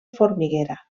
formiguera